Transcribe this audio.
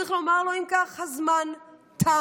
צריך לומר לו, אם כך: הזמן תם.